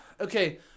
Okay